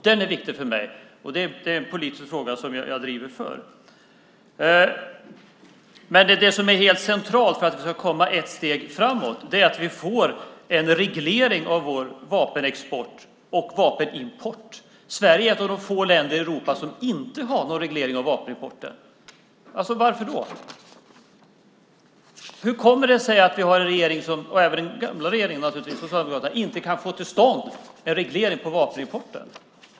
Den är viktig för mig. Det är en politisk fråga som jag driver. Det som är helt centralt för att vi ska komma ett steg framåt är att vi får en reglering av vår vapenexport och vapenimport. Sverige är ett av de få länder i Europa som inte har någon reglering av vapenimporten. Varför det? Hur kommer det sig att vi har en regering, och det gäller även den gamla, socialdemokratiska regeringen, som inte kan få till stånd en reglering av vapenimporten?